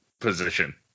position